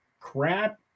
crap